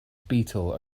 beetle